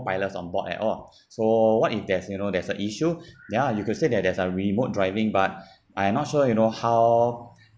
wireless on board and all so what if there's you know there's a issue ya you could say that there's a remote driving but I am not sure you know how